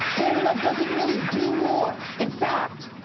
canada doesn't really do war. in fact,